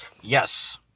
Yes